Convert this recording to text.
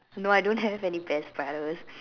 no I don't have any best brothers